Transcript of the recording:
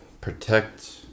protect